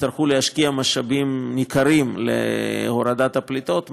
יצטרכו להשקיע משאבים ניכרים להורדת הפליטות,